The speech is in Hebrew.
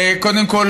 קודם כול,